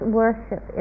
worship